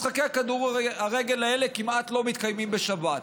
משחקי הכדורגל האלה כמעט שלא מתקיימים בשבת.